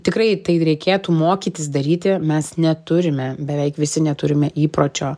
tikrai tai reikėtų mokytis daryti mes neturime beveik visi neturime įpročio